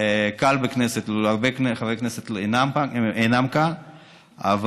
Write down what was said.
קל בכנסת והרבה חברי כנסת אינם כאן,